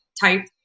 type